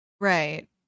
Right